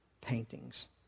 paintings